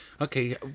Okay